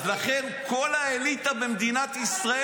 לכן כל האליטה במדינת ישראל,